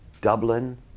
Dublin